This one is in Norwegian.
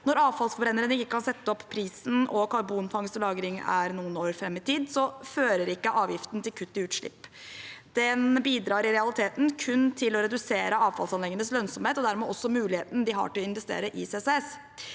Når avfallsforbrennerne ikke kan sette opp prisen og karbonfangst og -lagring er noen år fram i tid, fører ikke avgiften til kutt i utslipp. Den bidrar i realiteten kun til å redusere avfallsanleggenes lønnsomhet, og dermed også muligheten de har til å investere i CCS.